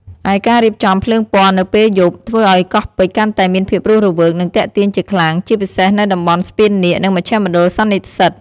ឯការរៀបចំភ្លើងពណ៌នៅពេលយប់ធ្វើឱ្យកោះពេជ្រកាន់តែមានភាពរស់រវើក និងទាក់ទាញជាខ្លាំង ជាពិសេសនៅតំបន់ស្ពាននាគ និងមជ្ឈមណ្ឌលសន្និសីទ។